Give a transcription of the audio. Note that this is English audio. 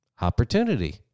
Opportunity